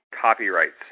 copyrights